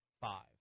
five